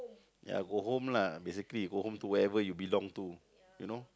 ya go home lah basically go home to wherever you belong to you know